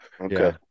Okay